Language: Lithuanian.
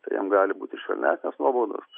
tai jam gali būti švelnesnės nuobaudos